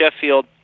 Sheffield